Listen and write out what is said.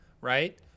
right